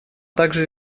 также